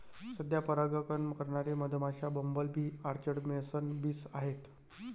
सध्या परागकण करणारे मधमाश्या, bumble bee, orchard mason bees आहेत